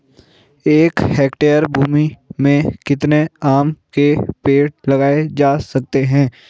एक हेक्टेयर भूमि में कितने आम के पेड़ लगाए जा सकते हैं?